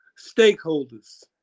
stakeholders